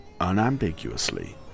unambiguously